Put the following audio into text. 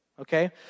Okay